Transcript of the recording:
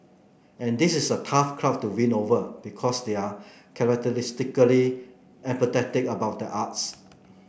and this is a tough crowd to win over because they are characteristically apathetic about the arts